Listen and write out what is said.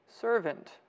servant